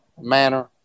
manner